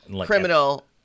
criminal